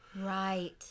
Right